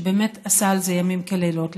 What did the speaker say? שבאמת עשה על זה ימים כלילות,